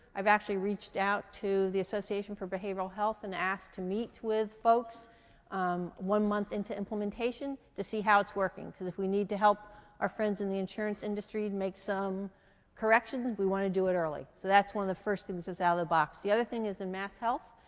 i've actually reached out to the association for behavioral health and asked to meet with folks one month into implementation to see how it's working, because if we need to help our friends in the insurance industry make some corrections, we want to do it early. so that's one of the first things that's out of the box. the other thing is in masshealth,